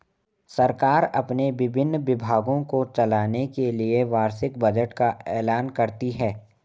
सरकार अपने विभिन्न विभागों को चलाने के लिए वार्षिक बजट का ऐलान करती है